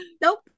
Nope